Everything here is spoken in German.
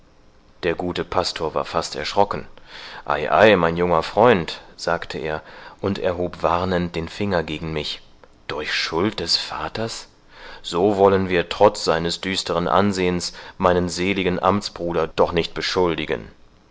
der gute pastor war fast erschrocken ei ei mein junger freund sagte er und erhob warnend den finger gegen mich durch schuld des vaters so wollen wir trotz seines düsteren ansehens meinen seligen amtsbruder doch nicht beschuldigen